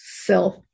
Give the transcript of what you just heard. self